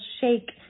shake